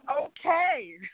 okay